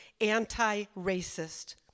anti-racist